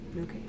Okay